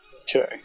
Okay